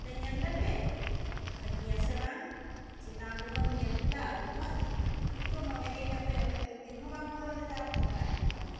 ᱢᱚᱸᱡᱽ ᱛᱮ ᱧᱮᱞ ᱞᱮᱯᱮ ᱵᱷᱟᱜᱤᱭᱟ ᱥᱮ ᱵᱟᱝ ᱪᱮᱛᱟᱱ ᱨᱮᱫᱚᱢ ᱧᱮᱞ ᱠᱮᱫᱟ ᱟᱰᱤ ᱢᱚᱸᱡᱽ ᱠᱤᱱᱛᱩ ᱱᱚᱰᱮ ᱦᱮᱡ ᱠᱟᱛᱮ ᱚᱱᱮ ᱢᱤᱫᱫᱤᱱ ᱦᱚᱸ ᱵᱟᱢ ᱦᱚᱨᱚᱜ ᱞᱮᱫᱟ ᱛᱚᱯᱟᱜ ᱮᱱ ᱛᱟᱢᱟ